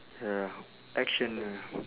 ya action ya